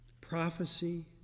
prophecy